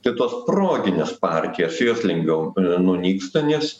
tai tos proginės partijos jos lengviau nunyksta nes